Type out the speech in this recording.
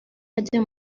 ajya